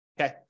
okay